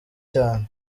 cyane